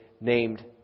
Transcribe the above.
named